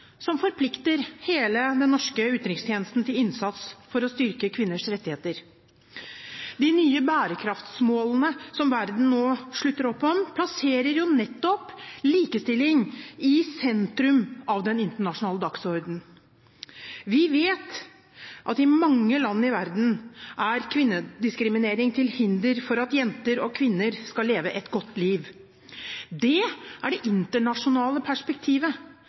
som forplikter hele den norske utenrikstjenesten til innsats for å styrke kvinners rettigheter. De nye bærekraftsmålene som verden nå slutter opp om, plasserer nettopp likestilling i sentrum av den internasjonale dagsordenen. Vi vet at i mange land i verden er kvinnediskriminering til hinder for at jenter og kvinner skal leve et godt liv. Det er det internasjonale perspektivet.